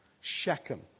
Shechem